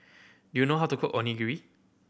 do you know how to cook Onigiri